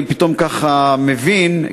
אני פתאום ככה מבין,